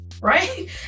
right